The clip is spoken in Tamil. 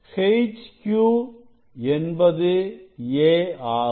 HQ என்பது a ஆகும்